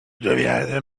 devient